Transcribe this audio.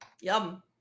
Yum